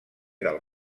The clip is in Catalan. del